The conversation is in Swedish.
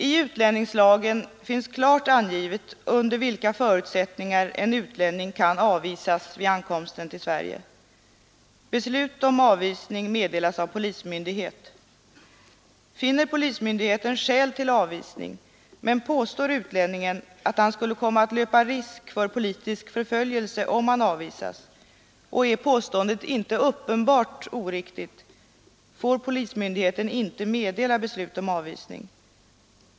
I utlänningslagen finns klart angivet under vilka förutsättningar en utlänning kan avvisas vid ankomsten till Sverige. Beslut om avvisning meddelas av polismyndighet. Finner polismyndigheten skäl till avvisning, men påstår utlänningen att han skulle komma att löpa risk för politisk förföljelse om han avvisas och är påståendet inte uppenbart oriktigt, får polismyndigheten inte meddela beslut om avvisning.